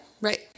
Right